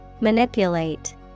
Manipulate